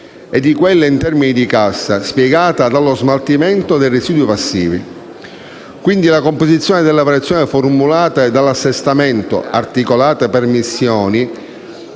e di quelle in termini di cassa, spiegata dallo smaltimento dei residui passivi. La composizione delle variazioni formulate dall'assestamento, articolate per missioni,